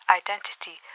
identity